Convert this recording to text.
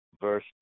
verse